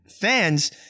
fans